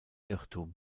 irrtum